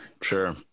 Sure